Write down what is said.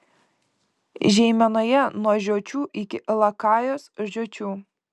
žeimenoje nuo žiočių iki lakajos žiočių